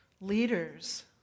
Leaders